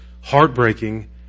heartbreaking